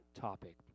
topic